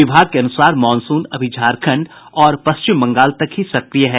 विभाग के अनुसार मॉनसून अभी झारखंड और पश्चिम बंगाल तक ही सक्रिय है